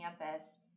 campus